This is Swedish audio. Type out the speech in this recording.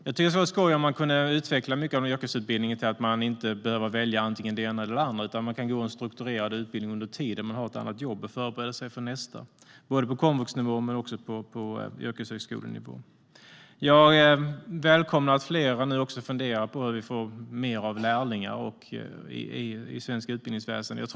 Jag tycker att det vore skoj om man kunde utveckla mycket av yrkesutbildningen så att man inte behöver välja antingen det ena eller det andra utan att man kan gå en strukturerad utbildning under den tid man har ett annat jobb för att förbereda sig för nästa, både på komvuxnivå och på yrkeshögskolenivå. Jag välkomnar att många nu funderar över hur det kan bli fler lärlingar i svenskt utbildningsväsen.